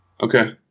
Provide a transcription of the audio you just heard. Okay